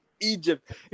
egypt